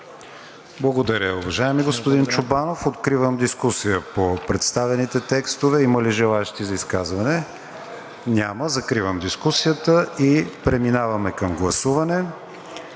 Благодаря, уважаеми господин Чобанов. Откривам дискусия по представените текстове. Има ли желаещи за изказване? Няма. Закривам дискусията. Преминаваме към гласуване.